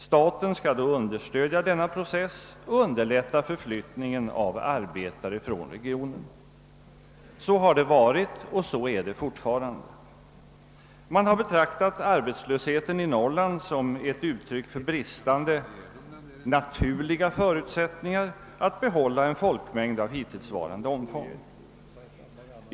Staten skall då understödja denna process och underlätta förflyttningen av arbetare från regionen. Så har det varit och så är det fortfarande. Man har betraktat arbetslösheten i Norrland som ett uttryck för bristande »naturliga» förutsättningar att behålla en folkmängd av hittillsvarande omfång.